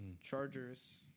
Chargers